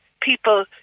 people